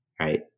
right